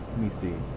me see.